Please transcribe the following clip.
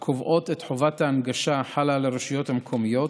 הקובעות את חובת ההנגשה החלה על הרשויות המקומיות,